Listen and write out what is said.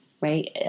right